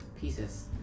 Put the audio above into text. pieces